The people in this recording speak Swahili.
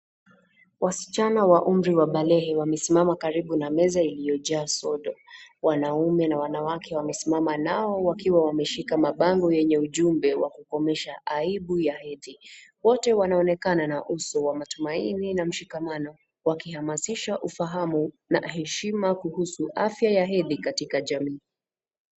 Wasichana wa umri wa balehe wamesimama karibu na meza iliyo jaa soda, wanaume na wanawake wamesimama nao wakiwa wameahika mabango yenye ujumbe wa kukomesha aibu ya hedhi. Wote wanaonekana na uso wa matumaini na mshikamano wakihamasisha ufahamu na heshima kuhusu afya ya hedhi katika jamii.